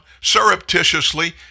surreptitiously